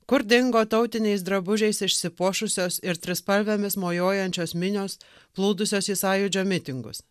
kur dingo tautiniais drabužiais išsipuošusios ir trispalvėmis mojuojančios minios plūdusios į sąjūdžio mitingus